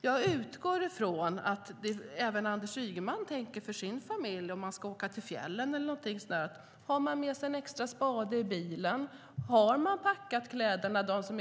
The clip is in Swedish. Jag utgår ifrån att även Anders Ygeman, om han och familjen ska åka till fjällen eller någonting, tänker på om de har med sig en extra spade i bilen eller om de har packat de